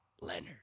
Leonard